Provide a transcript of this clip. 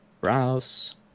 Browse